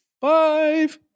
five